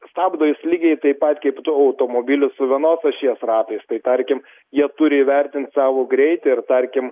stabdo jis lygiai taip pat kaip su automobiliu su vienos ašies ratais tai tarkim jie turi įvertint savo greitį ir tarkim